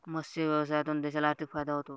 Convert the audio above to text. मत्स्य व्यवसायातून देशाला आर्थिक फायदा होतो